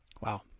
Wow